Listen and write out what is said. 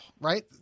right